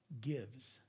gives